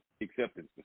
acceptance